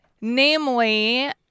Namely